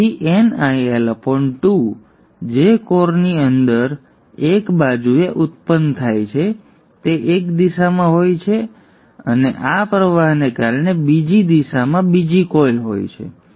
તેથી nIL 2 જે કોરની અંદર અને એક બાજુએ ઉત્પન્ન થાય છે તે એક દિશામાં હોય છે અને આ પ્રવાહને કારણે બીજી દિશામાં બીજી કોઇલમાં હોય છે